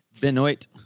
benoit